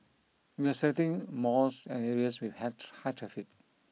we are selecting malls and areas with high high traffic